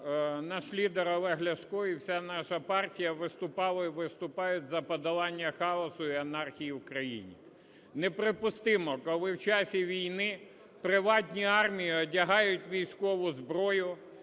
наш лідер Олег Ляшко і вся наша партія виступали і виступають за подолання хаосу і анархії в Україні. Неприпустимо, коли в часі війни приватні армії одягають військову зброю,